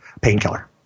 painkiller